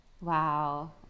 Wow